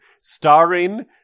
Starring